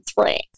three